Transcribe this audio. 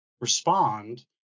respond